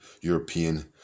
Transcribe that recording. European